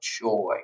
joy